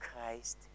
Christ